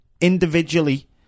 Individually